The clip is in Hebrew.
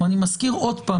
ואני מזכיר שוב,